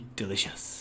delicious